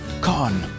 Con